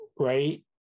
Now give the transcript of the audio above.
Right